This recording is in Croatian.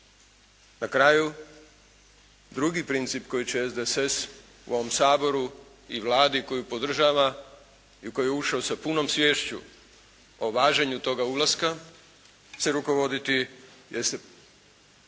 Na kraju, drugi princip koji će SDSS u ovom Saboru i Vladi koju podržava i u koju je ušao sa punom sviješću o važenju toga ulaska se rukovoditi princip